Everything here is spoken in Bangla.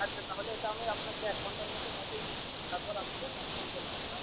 আচ্ছা তাহলে এটা আমি আপনাকে এক ঘণ্টার মধ্যে পাঠিয়ে দিচ্ছি তারপর আপনাকে কনফার্ম করে দেবো হ্যাঁ